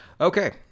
Okay